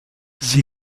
sie